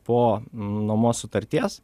po nuomos sutarties